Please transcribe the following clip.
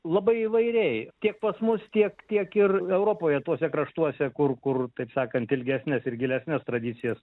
labai įvairiai tiek pas mus tiek tiek ir europoje tuose kraštuose kur kur taip sakant ilgesnes ir gilesnes tradicijas